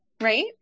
right